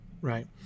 right